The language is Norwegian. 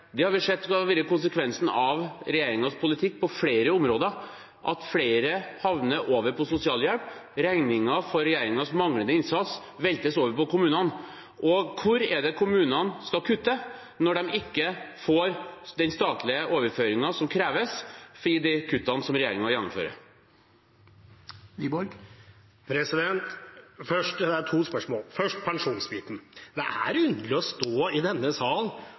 Det har vi sett har vært konsekvensen av regjeringens politikk på flere områder: Flere havner på sosialhjelp. Regningen for regjeringens manglende innsats veltes over på kommunene. Hvor skal kommunene kutte når de ikke får den statlige overføringen som kreves av de kuttene som regjeringen gjennomfører? Det er to spørsmål. Først pensjonsbiten: Det er underlig å stå i denne